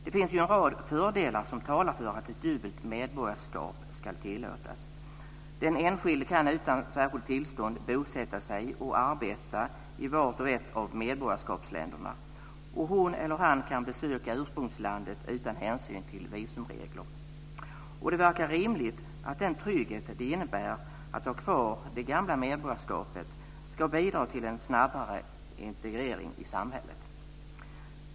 Det finns ju en rad fördelar som talar för att ett dubbelt medborgarskap ska tillåtas. Den enskilde kan utan särskilt tillstånd bosätta sig och arbeta i vart och ett av medborgarskapsländerna, och hon eller han kan besöka ursprungslandet utan hänsyn till visumregler. Det verkar rimligt att den trygghet det innebär att ha kvar det gamla medborgarskapet ska bidra till en snabbare integrering i samhället.